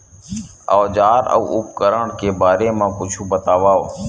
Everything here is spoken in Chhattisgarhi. औजार अउ उपकरण के बारे मा कुछु बतावव?